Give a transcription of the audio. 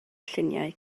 lluniau